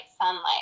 sunlight